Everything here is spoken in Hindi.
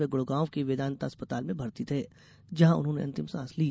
वे गुड़गांव के वेदान्ता अस्पताल में भर्ती थे जहां उन्होंने अंतिम सांस ली